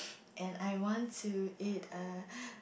and I want to eat err